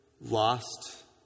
lost